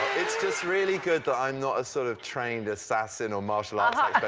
it's just really good that i'm not a sort of trained assassin on martial ah